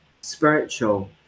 spiritual